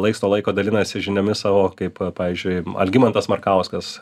laiks nuo laiko dalinasi žiniomis savo kaip pavyzdžiui algimantas markauskas